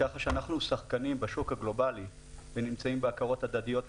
כך שאנחנו שחקנים בשוק הגלובלי ונמצאים בהכרות הדדיות,